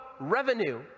revenue